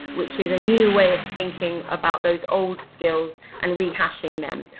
which is a new way of thinking about those old skills, and rehashing them.